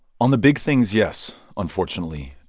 on the big things, yes, unfortunately.